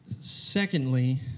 Secondly